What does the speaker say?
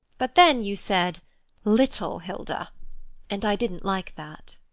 but then you said little hilda and i didn't like that.